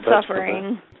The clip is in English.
suffering